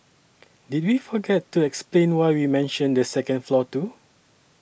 did we forget to explain why we mentioned the second floor too